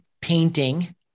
painting